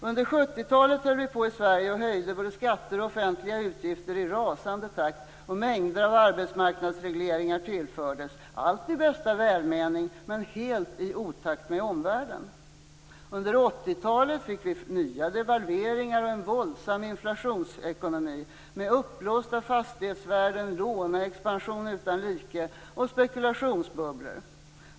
Under 70-talet höjde vi i Sverige både skatter och offentliga utgifter i rasande takt. Mängder av arbetsmarknadsregleringar infördes - allt i bästa välmening, men helt i otakt med omvärlden. Under 80-talet fick vi nya devalveringar och en våldsam inflationsekonomi med uppblåsta fastighetsvärden, låneexpansion utan like och spekulationsbubblor.